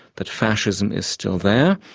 that fascism is still there.